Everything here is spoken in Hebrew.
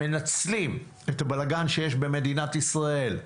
מנצלים את הבלגן שיש במדינת ישראל,